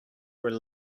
were